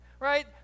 Right